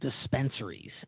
dispensaries